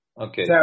okay